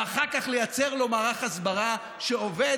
ואחר כך לייצר לו מערך הסברה שעובד,